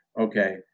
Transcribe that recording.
okay